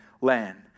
land